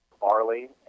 barley